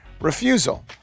refusal